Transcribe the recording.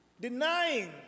denying